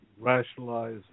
rationalize